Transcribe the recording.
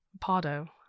Pardo